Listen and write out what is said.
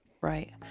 Right